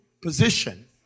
position